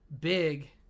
big